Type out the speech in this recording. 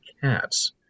cats